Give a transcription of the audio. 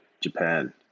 Japan